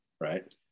right